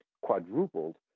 quadrupled